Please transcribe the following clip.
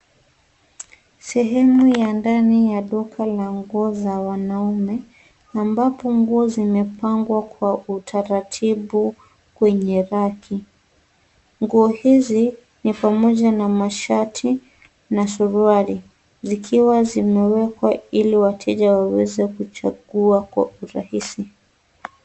Sehemu ya ndani ya duka la nguo za wanaume, ambapo nguo zimepangwa kwa utaratibu kwenye raki. Nguo hizi, ni pamoja na mashati, na suruali, zikiwa zimewewa ili wateja waweze kuchagua kwa urahisi.